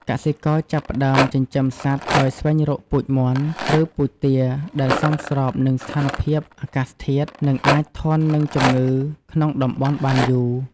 កសិករចាប់ផ្តើមចិញ្ចឹមសត្វដោយស្វែងរកពូជមាន់ ឬពូជទាដែលសមស្របនឹងស្ថានភាពអាកាសធាតុ និងអាចធន់នឹងជំងឺក្នុងតំបន់បានយូរ។